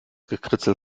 gekritzel